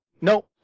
no